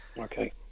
Okay